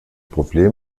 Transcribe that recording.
probleme